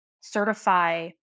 certify